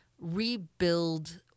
rebuild